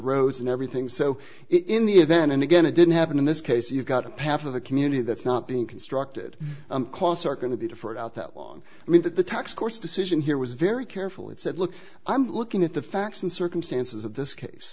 roads and everything so in the event and again it didn't happen in this case you've got a patch of the community that's not being constructed costs are going to be deferred out that long i mean that the tax court's decision here was very careful and said look i'm looking at the facts and circumstances of this case